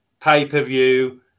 pay-per-view